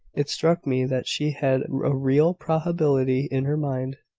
it struck me that she had a real probability in her mind